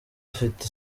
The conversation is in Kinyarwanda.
afite